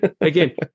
again